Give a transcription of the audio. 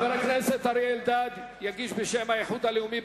חבר הכנסת אריה אלדד יגיש בשם האיחוד הלאומי,